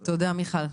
תודה, מיכל.